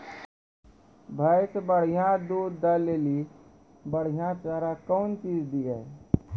भैंस बढ़िया दूध दऽ ले ली बढ़िया चार कौन चीज दिए?